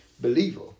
believer